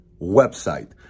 website